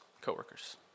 co-workers